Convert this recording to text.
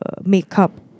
makeup